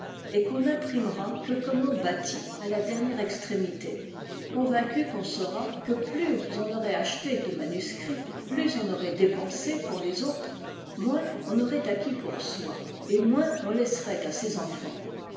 et qu'on n'imprimera que comme on bâtit à la dernière extrémité convaincu qu'on sera que plus on aurait acheté de manuscrits plus on aurait dépensé pour les autres moins on aurait acquis pour soi et moins on laisserait à ses enfants